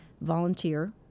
Volunteer